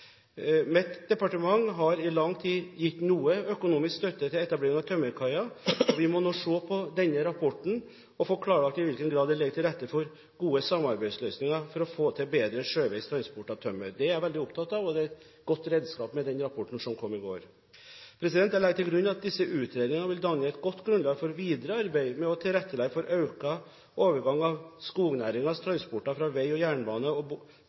lang tid gitt noe økonomisk støtte til etablering av tømmerkaier, og vi må nå se på denne rapporten og få klarlagt i hvilken grad det ligger til rette for gode samarbeidsløsninger for å få til bedre sjøveis transport av tømmer. Det er jeg veldig opptatt av, og et godt redskap for det er den rapporten som kom i går. Jeg legger til grunn at disse utredningene vil danne et godt grunnlag for videre arbeid med å tilrettelegge for økt overgang av skognæringens transporter fra vei til jernbane og